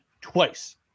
twice